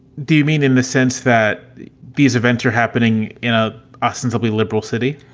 do you mean in the sense that these events are happening in a ostensibly liberal city?